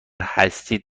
هستید